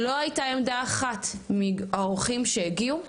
לא הייתה עמדה אחת מהאורחים שהגיעו,